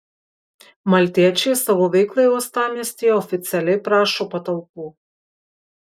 maltiečiai savo veiklai uostamiestyje oficialiai prašo patalpų